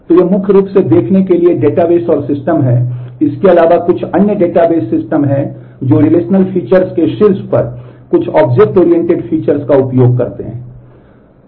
तो ये मुख्य रूप से देखने के लिए डेटाबेस और सिस्टम हैं और इसके अलावा कुछ अन्य डेटाबेस सिस्टम हैं जो रिलेशनल फीचर्स के शीर्ष पर कुछ ऑब्जेक्ट ओरिएंटेड फीचर्स का उपयोग करते हैं